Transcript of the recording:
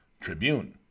Tribune